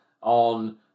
on